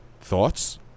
Thoughts